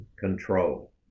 control